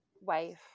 wife